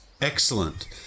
Excellent